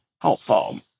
helpful